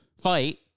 fight